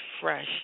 fresh